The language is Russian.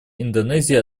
индонезии